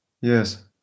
Yes